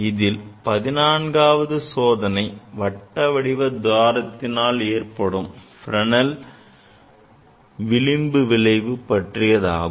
இதில் 14வது சோதனை வட்ட வடிவத் துவாரத்தினால் ஏற்படும் Fresnel விளிம்பு விளைவு பற்றியதாகும்